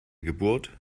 geburt